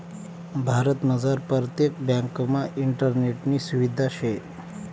भारतमझार परतेक ब्यांकमा इंटरनेटनी सुविधा शे